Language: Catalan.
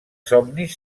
somnis